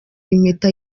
impeta